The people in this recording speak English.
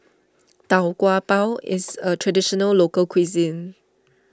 Tau Kwa Pau is a Traditional Local Cuisine